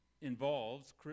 involves